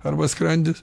arba skrandis